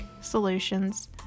Solutions